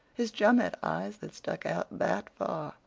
his chum had eyes that stuck out that far.